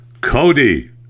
Cody